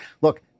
Look